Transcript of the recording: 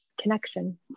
connection